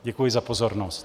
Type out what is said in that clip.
Děkuji za pozornost.